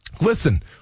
Listen